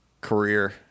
career